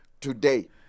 Today